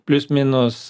plius minus